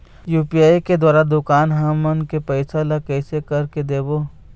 UPI के द्वारा दुकान हमन के पैसा ला कैसे कर के देबो?